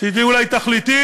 שתהיה אולי תכליתית,